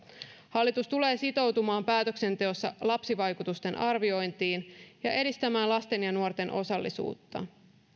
hallitus tulee sitoutumaan päätöksenteossa lapsivaikutusten arviointiin ja edistämään lasten ja nuorten osallisuutta